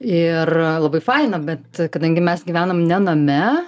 ir labai faina bet kadangi mes gyvenam ne name